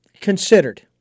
considered